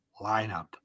lineup